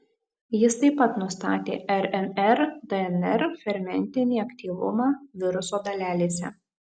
jis taip pat nustatė rnr dnr fermentinį aktyvumą viruso dalelėse